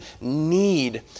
need